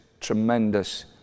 tremendous